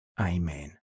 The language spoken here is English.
Amen